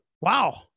wow